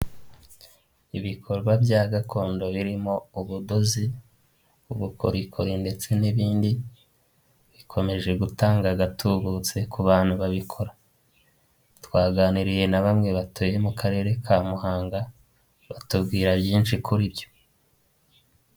Ibikorwa bya gakondo birimo ubudozi, ubukorikori ndetse n'ibindi, bikomeje gutanga agatubutse ku bantu babikora, twaganiriye na bamwe batuye mu karere ka Muhanga batubwira byinshi kuri byo.